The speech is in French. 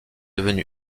devenue